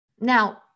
Now